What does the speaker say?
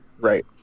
Right